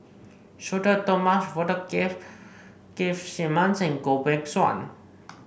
Sudhir Thomas Vadaketh Keith Simmons and Goh Beng Kwan